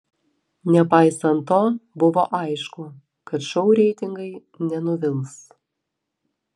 nepaisant to buvo aišku kad šou reitingai nenuvils